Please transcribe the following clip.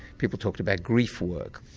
people talked about grief work.